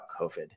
COVID